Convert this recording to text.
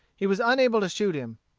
he was unable to shoot him.